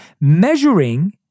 Measuring